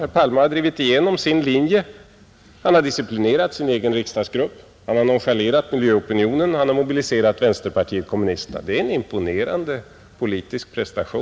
Herr Palme har drivit igenom sin linje. Han har disciplinerat sin egen riksdagsgrupp. Han har nonchalerat miljöopinionen, Han har mobiliserat vänsterpartiet kommunisterna. Det är en imponerande politisk prestation.